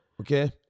okay